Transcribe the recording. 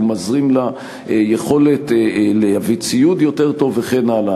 הוא מזרים אליה יכולת להביא ציוד יותר טוב וכן הלאה.